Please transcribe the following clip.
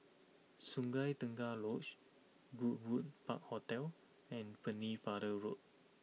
Sungei Tengah Lodge Goodwood Park Hotel and Pennefather Road